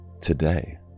today